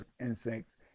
insects